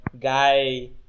guy